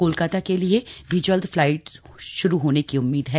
कोलकाता के लिए भी जल्द फ्लाइट होने की उम्मीद है